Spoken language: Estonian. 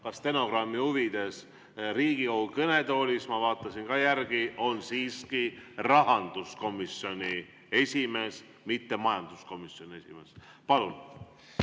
ka stenogrammi huvides: Riigikogu kõnetoolis, ma vaatasin järele, on siiski rahanduskomisjoni esimees, mitte majanduskomisjoni esimees. Palun!